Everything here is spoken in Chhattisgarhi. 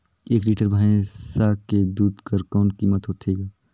एक लीटर भैंसा के दूध कर कौन कीमत होथे ग?